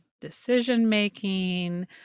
decision-making